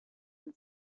and